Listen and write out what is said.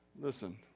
Listen